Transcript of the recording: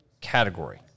category